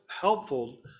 helpful